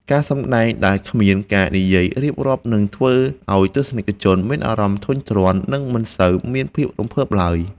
ការសម្តែងដែលគ្មានការនិយាយរៀបរាប់នឹងធ្វើឱ្យទស្សនិកជនមានអារម្មណ៍ធុញទ្រាន់ និង មិនសូវមានភាពរំភើបឡើយ។